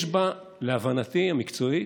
יש בה, להבנתי המקצועית,